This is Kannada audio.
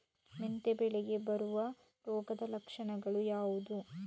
ಮೆಂತೆ ಬೆಳೆಗೆ ಬರುವ ರೋಗದ ಲಕ್ಷಣಗಳು ಯಾವುದು?